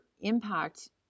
impact